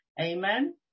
Amen